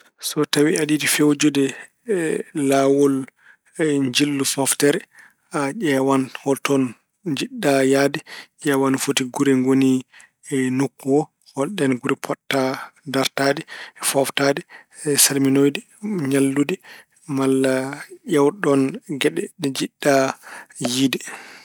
So ko tawi aɗa yiɗi feewjude laawol njillu fooftere, a ƴeewan holtoon njiɗɗa yahde, ƴeewa no foti gure ngoni e nokku o, holɗeen gure potata dartaade, fooftaade, e salminoyde, ñallude, malla ƴeewde ɗoon geɗe ɗe njiɗɗa yiyde.